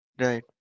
Right